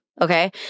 okay